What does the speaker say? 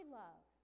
love